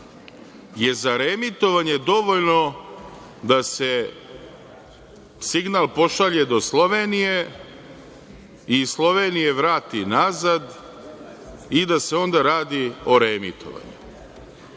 je za reemitovanje dovoljno da se signal pošalje do Slovenije i iz Slovenije vrati nazad i da se onda radi o reemitovanju. Niti